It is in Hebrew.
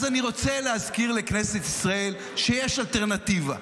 אז אני רוצה להזכיר לכנסת ישראל שיש אלטרנטיבה.